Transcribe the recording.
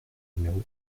numéro